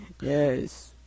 Yes